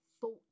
thought